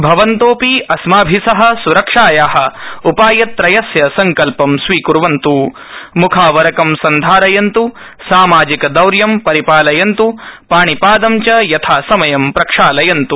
भवन्तोऽपि अस्माभि सह स्रक्षाया उपायत्रयस्य सङ्कल्पं स्वीक्वन्त् मुखावरकं सन्धारयन्तु सामाजिकदौर्यं परिपालयन्तु पाणिपादं च यथासमयं प्रक्षालयन्त्